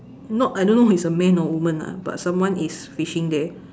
not I don't know is a man or woman ah but someone is fishing there